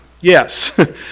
Yes